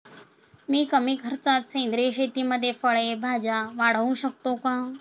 मी कमी खर्चात सेंद्रिय शेतीमध्ये फळे भाज्या वाढवू शकतो का?